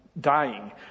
dying